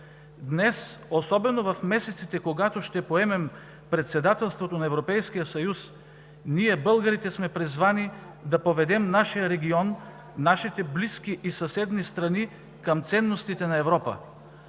Днес, особено в месеците, когато ще поемем председателството на Европейския съюз, ние българите, сме призвани да поведем нашия регион, нашите близки и съседни страни към ценностите на Европа.